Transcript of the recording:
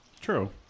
True